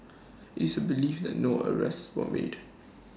IT is believed that no arrests were made